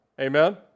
Amen